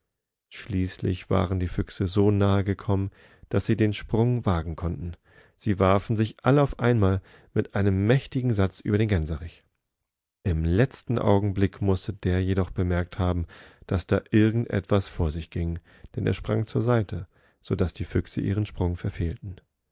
schließlich waren die füchse so nahe gekommen daß sie den sprung wagen konnten sie warfen sich alle auf einmalmiteinemmächtigensatzüberdengänserich imletztenaugenblickmußtederjedochbemerkthaben daßdairgendetwas vor sich ging denn er sprang zur seite so daß die füchse ihren sprung verfehlten